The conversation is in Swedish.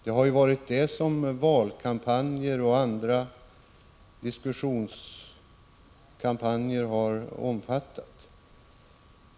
Det är ju detta som valpropagandan och andra kampanjer har handlat om!